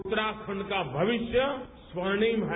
उत्तराखंड का भविष्य स्वर्णिम है